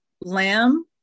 lamb